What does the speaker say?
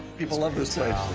people love this place.